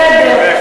בסדר.